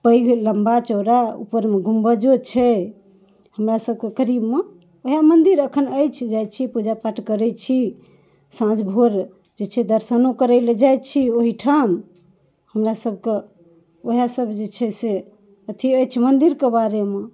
पैघ लम्बा चौड़ा उपरमे गुंबजो छै हमरा सबके करीबमे वएह मन्दिर अखन अछि जाइ छी पूजा पाठ करै छी साँझ भोर जे छै दर्शनो करै लऽ जाइ छी ओहिठाम हमरा सबके वएह सब जे छै से अथी अछि मन्दिर के बारे मे